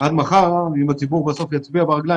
עד מחר אבל אם הציבור בסוף יצביע ברגליים